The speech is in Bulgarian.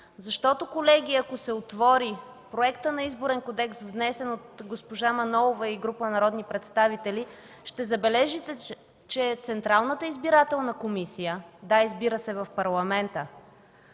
Колеги, ако се отвори проектът на Изборен кодекс, внесен от госпожа Манолова и група народни представители, ще забележите, че Централната избирателна комисия, да, избира се в Парламента,